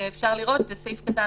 בסעיף קטן